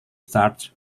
starts